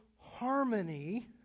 harmony